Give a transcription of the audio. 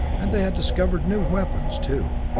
and they had discovered new weapons, too.